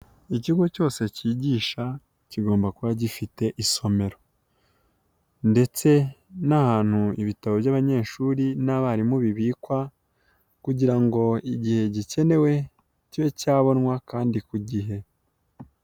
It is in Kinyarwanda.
Ikigo cyose cyigisha kigomba kuba gifite isomero ndetse n'ahantu ibitabo by'abanyeshuri n'abarimu bibikwa kugira ngo igihe gikenewe, kibe cyabonwa kandi ku igihe.